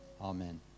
amen